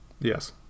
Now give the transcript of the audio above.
Yes